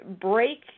break